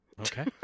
Okay